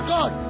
God